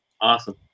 Awesome